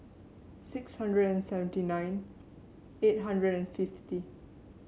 six hundred and seventy nine eight hundred and fifty